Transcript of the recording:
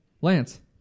Lance